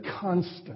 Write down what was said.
constant